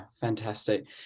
fantastic